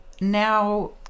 Now